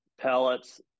pellets